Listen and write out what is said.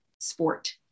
sport